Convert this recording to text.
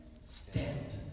stand